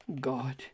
God